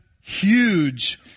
huge